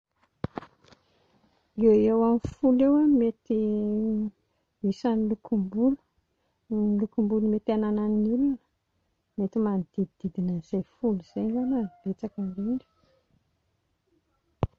Eo ho eo amin'ny folo eo no mety ho isan'ny lokom-bolo ny lokom-bolo mety hananan'ny olona, mety manodidididina an'izay folo izay angamba no betsaka indrindra